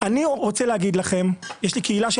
אני רוצה לומר לכם שיש לי קהילה של